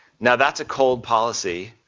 now that's a cold policy